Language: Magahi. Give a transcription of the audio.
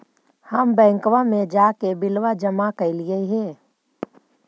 हम बैंकवा मे जाके बिलवा जमा कैलिऐ हे?